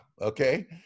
Okay